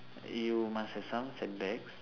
you must have some setbacks